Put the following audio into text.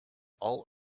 all